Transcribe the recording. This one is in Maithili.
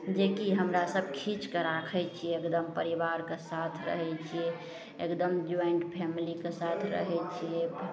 जेकी हमरा सब खीच कऽ राखय छियै एकदम परिवारके साथ रहय छियै एकदम ज्वाइंट फैमिलीके साथ रहय छियै